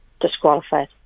disqualified